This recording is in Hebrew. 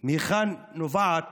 מהיכן נובעת